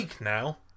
now